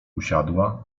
usiadła